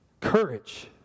courage